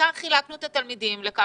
העיקר חילקנו את התלמידים לקפסולות,